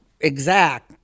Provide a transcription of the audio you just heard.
exact